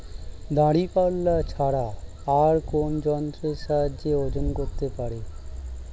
দাঁড়িপাল্লা ছাড়া আর কোন যন্ত্রের সাহায্যে ওজন করতে পারি?